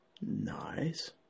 Nice